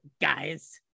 guys